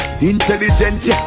Intelligent